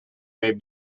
may